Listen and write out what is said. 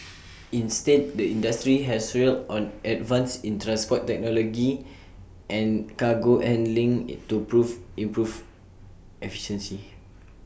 instead the industry has relied on advances in transport technology and cargo handling IT to prove improve efficiency